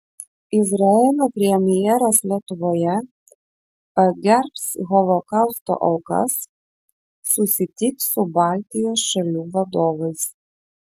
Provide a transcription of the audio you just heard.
izraelio premjeras lietuvoje pagerbs holokausto aukas susitiks su baltijos šalių vadovais